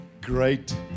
great